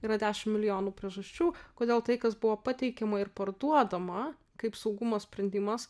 yra dešim milijonų priežasčių kodėl tai kas buvo pateikiama ir parduodama kaip saugumo sprendimas